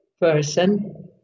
person